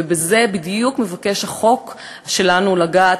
ובזה בדיוק מבקש החוק שלנו לגעת,